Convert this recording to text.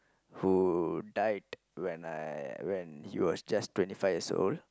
who died when I when he was just twenty five years old